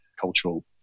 cultural